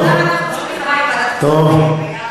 עכשיו אנחנו צריכים לפנות לוועדת הכספים יחד.